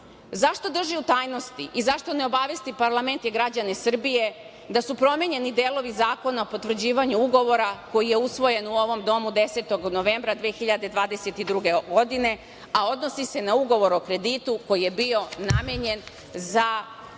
zašto drži u tajnosti i zašto ne obavesti parlament i građane Srbije da su promenjeni delovi Zakona o potvrđivanju Ugovora koji je usvojen u ovom domu 10. novembra 2022. godine, a odnosi se na Ugovor o kreditu koji je bio namenjen za